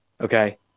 okay